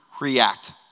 react